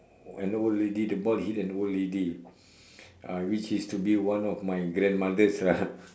an old lady the ball hit an old lady which is to be my grandmothers lah